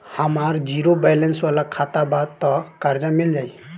हमार zero balance वाला खाता बा त कर्जा मिल जायी?